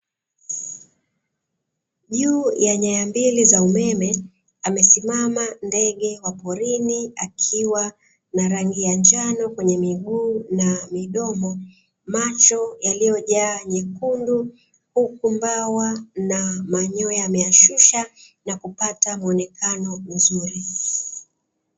Juu ya nyaya mbili za umeme amesimama ndege wa porini akiwa na rangi ya njano kwenye miguu na midomo, macho yaliyojaa nyekundu huku mbawa na manyoya ameyashusha na kupata muonekano mzuri.